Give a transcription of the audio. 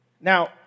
Now